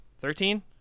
Thirteen